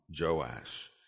Joash